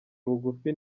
bugufi